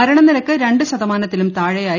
മരണനിരക്ക് രണ്ട് ശതമാനത്തിലൂർ താഴെയായി